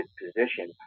position